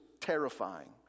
terrifying